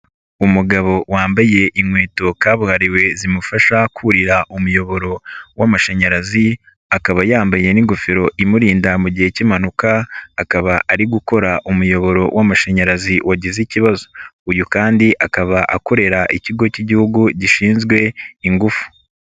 Umugabo wambaye inkweto kabuhariwe zimufasha kurira umuyoboro w'amashanyarazi, akaba yambaye n'ingofero imurinda mu gihe cy'impanuka, akaba ari gukora umuyoboro w'amashanyarazi wagize ikibazo. Uyu kandi akaba akorera ikigo cy'igihugu gishinzwe ingufu.